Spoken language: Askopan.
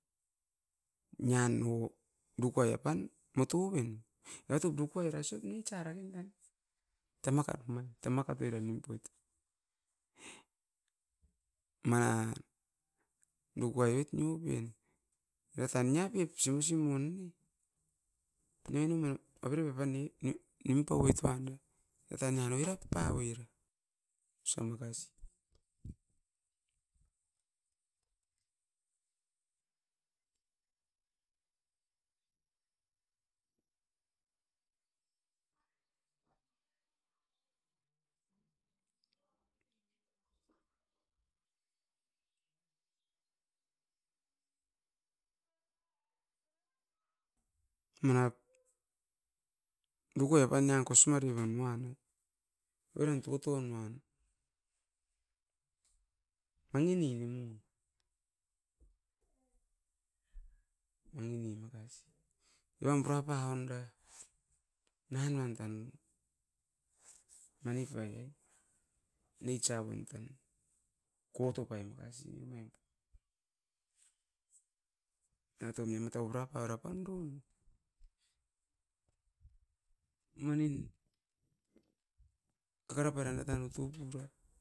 Nian nuo dukuai apan motoven, era top dokuai era sop nature rain dan, tamakat mai, tamakat oiran nimpoit. Nanga nukuai oit niu pien, era tan niapip simu-simun ne? Anoinum e avere paipan ne, nimpa oit uan na etan nia noirap pau oira. Osa makasi. Manap nukui apan nia kosimari pan uan no, oiran tutuan uan. Angini nimun, wangiini makasi evan purapau oinda nanuan tan. Mani pai ai neitsa uam tan, kotopai makasin omain, niat omia matau burapa rapan don manin kakara pairan etan outu pura